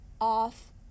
off